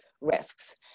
risks